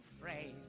phrase